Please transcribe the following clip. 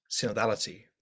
synodality